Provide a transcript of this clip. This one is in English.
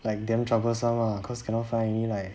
like damn troublesome lah cause cannot find any like